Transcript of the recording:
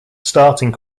starting